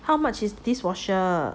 how much is dishwasher